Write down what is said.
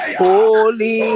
holy